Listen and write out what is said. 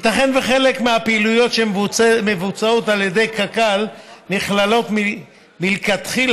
ייתכן שחלק מהפעילויות שמבוצעות על ידי קק"ל נכללות מלכתחילה